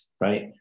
right